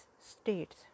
states